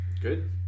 Good